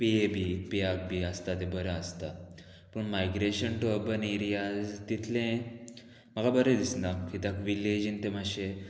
पीए B A पियाक B आसता तें बरें आसता पूण मायग्रेशन टू अर्बन एरियाज तितलें म्हाका बरें दिसना कित्याक विलेजीन तें मातशें